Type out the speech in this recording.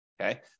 okay